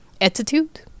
attitude